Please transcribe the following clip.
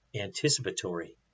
anticipatory